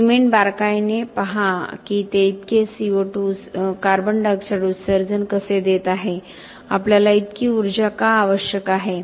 cement बारकाईने आणि पहा की ते इतके CO2 उत्सर्जन कसे देत आहे आपल्याला इतकी ऊर्जा का आवश्यक आहे